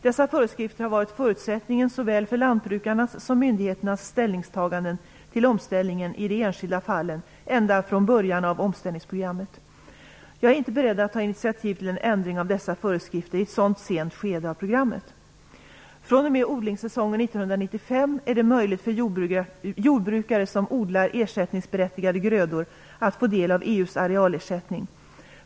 Dessa föreskrifter har varit förutsättningen såväl för lantbrukarnas som myndigheternas ställningstaganden till omställningen i de enskilda fallen ända från början av omställningsprogrammet. Jag är inte beredd att ta initiativ till en ändring av dessa föreskrifter i ett så sent skede av programmet. fr.o.m. odlingssäsongen 1995 är det möjligt för jordbrukare som odlar ersättningsberättigade grödor att få del av EU:s arealersättning.